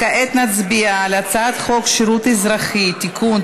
כעת נצביע על הצעת חוק שירות אזרחי (תיקון,